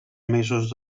mesos